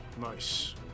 Nice